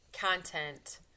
content